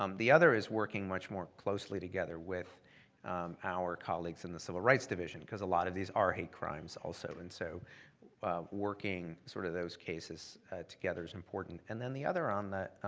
um the other is working much more closely together with out colleagues in the civil rights division because a lot of these are hate crimes also, and so working sort of those cases together is important. and then the other on the